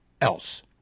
else